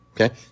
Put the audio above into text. Okay